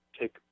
take